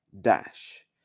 Dash